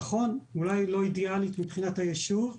נכון, אולי לא אידיאלית מבחינת היישוב,